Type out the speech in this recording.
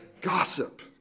gossip